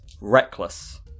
Reckless